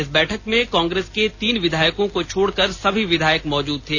इस बैठक में कांग्रेस के तीन विधायकों को छोड़ कर सभी विधायक मौजूद थे